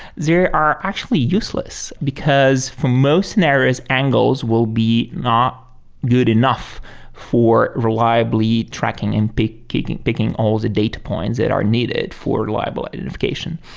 are actually useless, because for most scenarios, angles will be not good enough for reliably tracking and picking picking all the data points that are needed for liable identification.